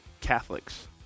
Catholics